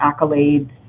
accolades